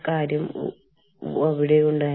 ദക്ഷിണേഷ്യൻ രാജ്യങ്ങളിൽ പ്രാദേശിക അവധി ദിനങ്ങളുണ്ട്